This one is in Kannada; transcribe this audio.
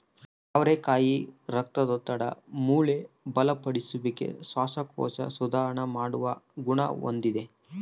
ಅವರೆಕಾಯಿ ರಕ್ತದೊತ್ತಡ, ಮೂಳೆ ಬಲಪಡಿಸುವಿಕೆ, ಶ್ವಾಸಕೋಶ ಸುಧಾರಣ ಮಾಡುವ ಗುಣ ಹೊಂದಿದೆ